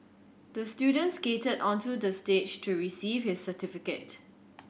the student skated onto the stage to receive his certificate